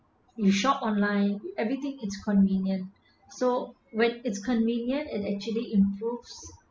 you shop online everything it's convenient so when it's convenient and actually improves